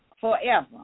forever